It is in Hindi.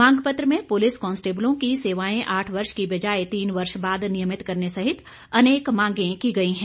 मांगपत्र में पुलिस कॉन्स्टेबलों की सेवाएं आठ वर्ष की बजाए तीन वर्ष बाद नियमित करने सहित अनेक मांगे की गई हैं